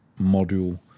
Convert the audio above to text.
module